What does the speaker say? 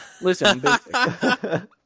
Listen